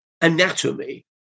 anatomy